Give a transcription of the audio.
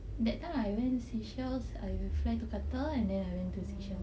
that time I went seychelles I fly from qatar and then I want to seychelles